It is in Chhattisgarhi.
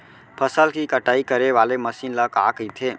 फसल की कटाई करे वाले मशीन ल का कइथे?